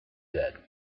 said